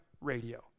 radio